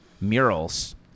murals